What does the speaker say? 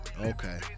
okay